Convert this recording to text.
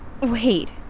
Wait